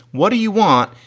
what do you want?